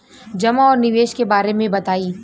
जमा और निवेश के बारे मे बतायी?